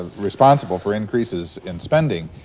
responsible for increases in spending,